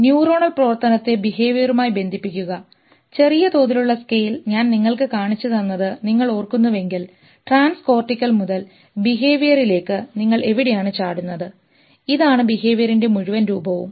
neuronal പ്രവർത്തനത്തെ ബിഹേവിയറുമായി ബന്ധിപ്പിക്കുക ചെറിയ തോതിലുള്ള സ്കെയിൽ ഞാൻ നിങ്ങൾക്ക് കാണിച്ചുതന്നത് നിങ്ങൾ ഓർക്കുന്നുവെങ്കിൽ ട്രാൻസ് കോർട്ടിക്കൽ മുതൽ ബിഹേവിയറിലേക്ക് നിങ്ങൾ എവിടെയാണ് ചാടുന്നത് ഇതാണ് ബിഹേവിയറിൻറെ മുഴുവൻ രൂപവും